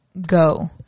go